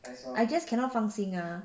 I just cannot 放心 ah